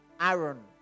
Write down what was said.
Aaron